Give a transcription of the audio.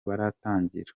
baratangira